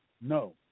no